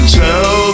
tell